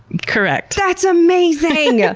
correct. that's amazing! yeah